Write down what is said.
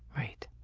right.